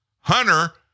Hunter